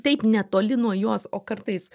taip netoli nuo jos o kartais